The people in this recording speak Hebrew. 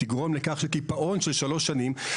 תגרום לכך שקיפאון של שלוש שנים,